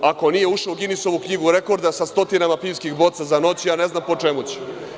Ako nije ušao u Ginisovu knjigu rekorda sa stotinama pivskih boca za noć, ja ne znam po čemu će.